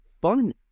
fun